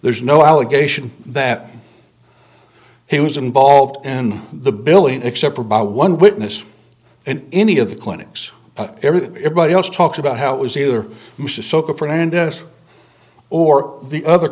there's no allegation that he was involved in the billing except for by one witness in any of the clinics everybody else talks about how it was either mr sokol fernandez or the other